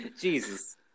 Jesus